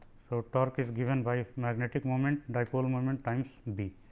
so, torque is given by magnetic moment dipole moment times b.